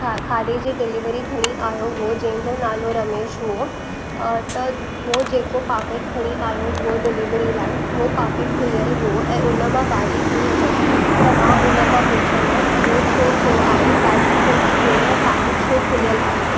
खा खाधे जी डिलेवरी खणी आयो हो जंहिंजो नालो रमेश हो त उहो जेको पॉकिट खणी आयो हो डिलेवरी लाइ उहो पॉकिट खुलियल हुओ ऐं उन मां भाॼी किरी पई त मां उन खां पुछयोमांसि इयो छो थियो आहे भाॼी छो थी किरे पैकिट छो खुलियल आहे